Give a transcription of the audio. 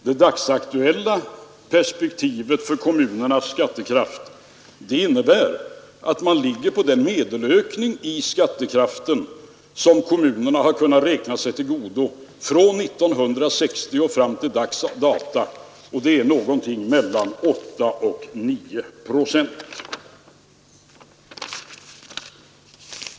Det dagsaktuella perspektivet innebär att kommunernas skattekraft ökar lika mycket som genomsnittet från 1960 och fram till dags dato, dvs. någonting mellan 8 och 9 procent.